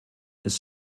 ist